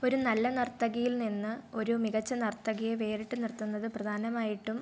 ഒരു നല്ല നർത്തകിയിൽ നിന്ന് ഒരു മികച്ച നർത്തകിയെ വേറിട്ട് നിർത്തുന്നത് പ്രധാനമായിട്ടും